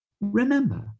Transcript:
Remember